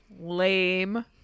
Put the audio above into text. Lame